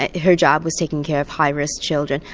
ah her job was taking care of high risk children.